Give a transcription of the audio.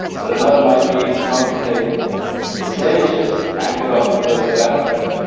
but another might be to contemplate the slave ship anchored off the coast of africa,